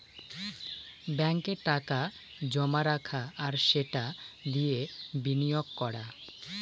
ব্যাঙ্কে টাকা জমা রাখা আর সেটা দিয়ে বিনিয়োগ করা